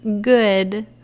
good